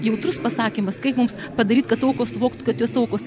jautrus pasakymas kaip mums padaryt kad aukos suvoktų kad jos aukos